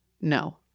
No